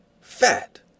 Fat